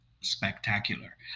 spectacular